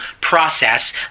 process